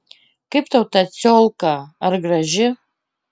kaip tau ta ciolka ar graži